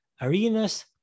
Arenas